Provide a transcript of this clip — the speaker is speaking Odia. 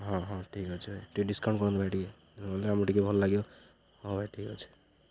ହଁ ହଁ ଠିକ୍ ଅଛି ଭାଇ ଟିକେ ଡିସକାଉଣ୍ଟ କରନ୍ତୁ ଭାଇ ଟିକେ ନହେଲେ ଆମର ଟିକେ ଭଲ ଲାଗିବ ହଁ ଭାଇ ଠିକ୍ ଅଛି